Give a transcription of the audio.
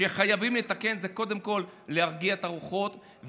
מה שחייבים לתקן זה קודם כול להרגיע את הרוחות,